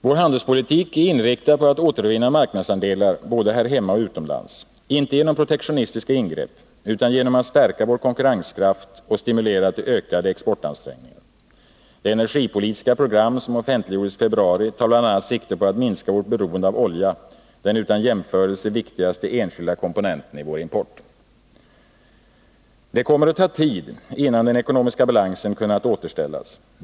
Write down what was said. Vår handelspolitik är inriktad på att återvinna marknadsandelar både här hemma och utomlands, inte genom protektionistiska ingrepp utan genom att stärka vår konkurrenskraft och stimulera till ökade exportansträngningar. Det energipolitiska program som offentliggjordes i februari tar bl.a. sikte på att minska vårt beroende av olja, den utan jämförelse viktigaste enskilda komponenten i vår import. Det kommer att ta tid innan den ekonomiska balansen kunnat återställas.